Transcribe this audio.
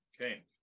okay